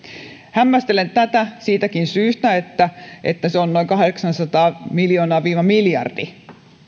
hämmästelen tätä siitäkin syystä että kuntien työllisyydenhoitoon satsaama summa on tällä hetkellä noin kahdeksansataa miljoonaa yksi miljardi